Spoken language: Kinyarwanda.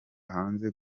hanze